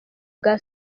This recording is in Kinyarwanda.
bwa